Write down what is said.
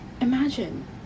Imagine